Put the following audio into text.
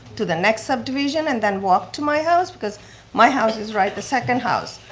to the next subdivision and then walk to my house? because my house is right, the second house.